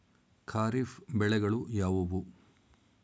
ಖಾರಿಫ್ ಬೆಳೆಗಳು ಯಾವುವು?